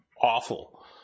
awful